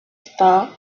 star